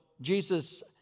Jesus